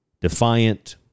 defiant